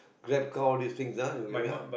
Grab car all these thing ah you get me uh